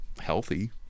Healthy